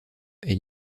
est